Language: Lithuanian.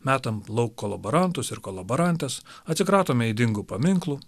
metam lauk kolaborantus ir kolaborantes atsikratome ydingų paminklų